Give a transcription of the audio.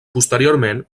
posteriorment